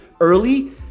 early